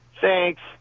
Thanks